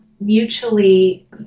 mutually